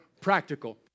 practical